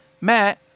Matt